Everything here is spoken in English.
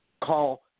call